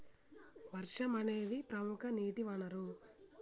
వర్షం అనేదిప్రముఖ నీటి వనరు